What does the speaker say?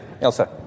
Elsa